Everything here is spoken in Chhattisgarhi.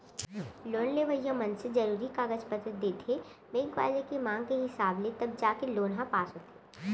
लोन लेवइया मनसे जरुरी कागज पतर देथे बेंक वाले के मांग हिसाब ले तब जाके लोन ह पास होथे